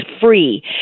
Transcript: free